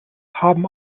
haben